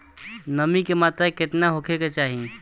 नमी के मात्रा केतना होखे के चाही?